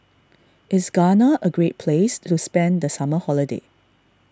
is Ghana a great place to spend the summer holiday